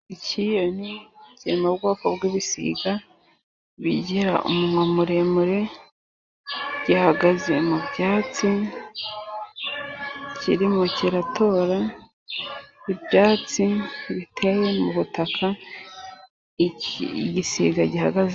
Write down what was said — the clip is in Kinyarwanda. Icyiyoni kiri mu bwoko bw'ibisiga bigira umunwa muremure, gihagaze mu byatsi ,kirimo kiratora ibyatsi biteye mu butaka ,igisiga gihagaze.